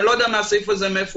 אני לא יודע מאיפה הסעיף הזה בא,